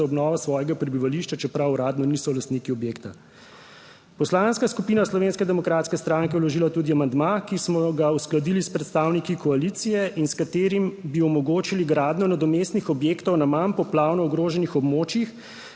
obnovo svojega prebivališča, čeprav uradno niso lastniki objekta. Poslanska skupina Slovenske demokratske stranke je vložila tudi amandma, ki smo ga uskladili s predstavniki koalicije in s katerim bi omogočili gradnjo nadomestnih objektov na manj poplavno ogroženih območjih.